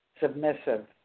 Submissive